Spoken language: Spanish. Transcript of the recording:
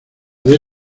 diez